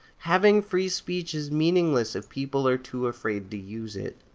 having free speech is meaningless if people are too afraid to use it.